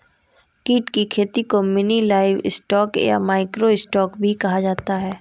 कीट की खेती को मिनी लाइवस्टॉक या माइक्रो स्टॉक भी कहा जाता है